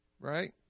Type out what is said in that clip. Right